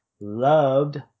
loved